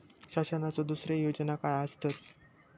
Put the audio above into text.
शासनाचो दुसरे योजना काय आसतत?